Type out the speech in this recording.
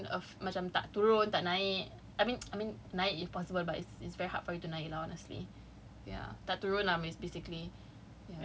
I just want to macam freeze my C_A_P lah so that it won't macam tak turun tak naik I mean I mean naik is possible it's very hard for you to naik lah honestly